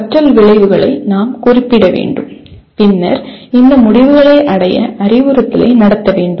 கற்றல் விளைவுகளை நாம் குறிப்பிட வேண்டும் பின்னர் இந்த முடிவுகளை அடைய அறிவுறுத்தலை நடத்த வேண்டும்